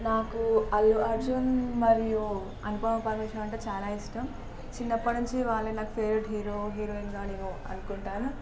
నాకు అల్లు అర్జున్ మరియు అనుపమ పరమేశ్వరన్ అంటే చాలా ఇష్టం చిన్నప్పటి నుంచి వాళ్ళే నాకు ఫేవరెట్ హీరో హీరోయిన్ అని అనుకుంటాను